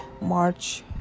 March